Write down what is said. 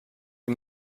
wie